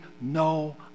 no